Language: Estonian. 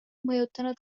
mõjutanud